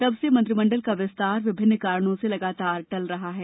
तब से मंत्रिमंडल का विस्तार विभिन्न कारणों से लगातार टल रहा है